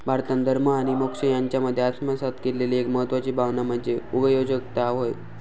भारतान धर्म आणि मोक्ष यांच्यामध्ये आत्मसात केलेली एक महत्वाची भावना म्हणजे उगयोजकता होय